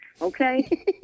okay